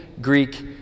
Greek